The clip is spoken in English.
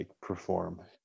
perform